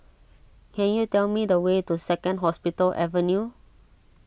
can you tell me the way to Second Hospital Avenue